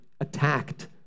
attacked